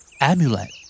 Amulet